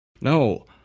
No